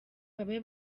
babe